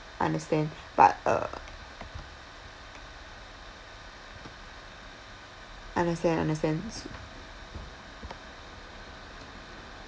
understand but uh understand understand